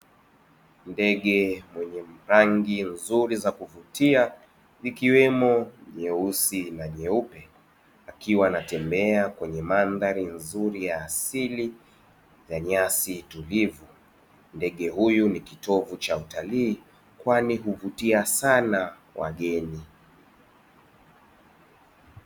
Ndege wenye rangi nzuri za kuvutia ikiwemo nyeusi na nyeupe, akiwa anatembea kwenye mandhari nzuri ya asili ya nyasi tulivu; ndege huyu ni kitovu cha utalii kwani huvutia sana wageni.